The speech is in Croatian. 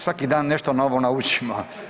Svaki dan nešto novo naučimo.